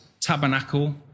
tabernacle